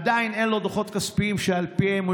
עדיין אין לו דוחות כספיים שעל פיהם הוא